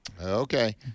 Okay